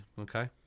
okay